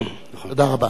תודה רבה.